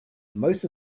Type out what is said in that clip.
most